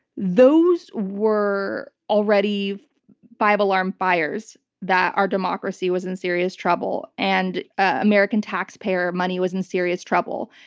those were already five-alarm fires that our democracy was in serious trouble and american taxpayer money was in serious trouble.